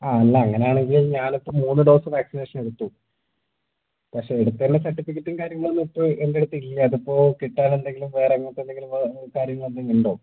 അല്ല അങ്ങനെ ആണെങ്കിൽ ഞാൻ ഇപ്പം മൂന്ന് ഡോസ് വാക്സിനേഷൻ എടുത്തു പക്ഷെ എടുത്തതിൻ്റെ സെർട്ടിഫിക്കറ്റും കാര്യങ്ങളൊന്നും ഇപ്പം എൻ്റെ അടുത്ത് ഇല്ല അതിപ്പോൾ കിട്ടാൻ എന്തെങ്കിലും വേറെ അങ്ങനത്തെ എന്തെങ്കിലും ഉണ്ടോ